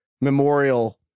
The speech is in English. memorial